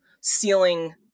ceiling